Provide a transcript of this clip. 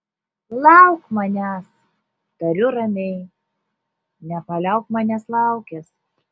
lauk manęs tariu ramiai nepaliauk manęs laukęs